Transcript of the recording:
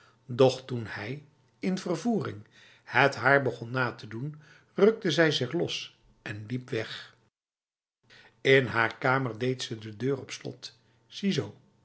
doch toen hij in vervoering het haar begon na te doen rukte zij zich los en liep weg in haar kamer deed ze de deur op slot ziezo